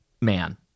man